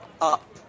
Up